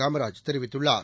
காமராஜ் தெரிவித்துள்ளார்